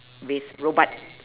with robot